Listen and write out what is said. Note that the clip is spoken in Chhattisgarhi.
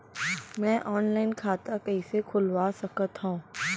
मैं ऑनलाइन खाता कइसे खुलवा सकत हव?